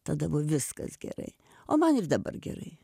tada buvo viskas gerai o man ir dabar gerai